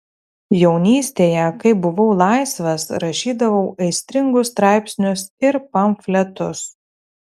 jaunystėje kai buvau laisvas rašydavau aistringus straipsnius ir pamfletus